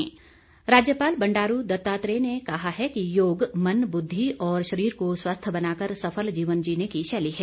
राज्यपाल राज्यपाल बंडारू दत्तात्रेय ने कहा है कि योग मन बुद्धि और शरीर को स्वस्थ बनाकर सफल जीवन जीने की शैली है